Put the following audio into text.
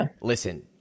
listen